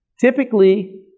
Typically